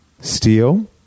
steel